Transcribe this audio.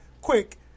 quick